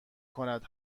کند